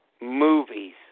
movies